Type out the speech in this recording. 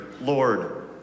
Lord